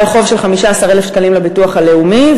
חוב של 15,000 שקלים לביטוח הלאומי,